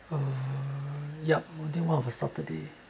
uh yup I think one of the saturday